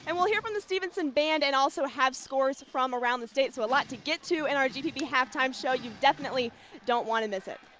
and we'll hear from the stephenson band and also have scores from around the state. so a lot to get to in our gpb halftime show. you don't want to miss it.